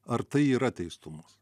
ar tai yra teistumas